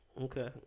Okay